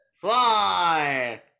Fly